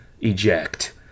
Eject